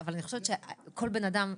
אבל אני חושבת שכל בן אדם,